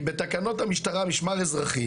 כי בתקנות המשטרה (המשמר האזרחי)